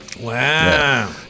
Wow